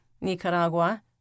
Nicaragua